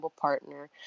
partner